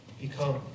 become